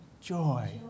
joy